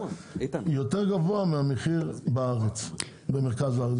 יותר גבוה מהמחיר במרכז הארץ,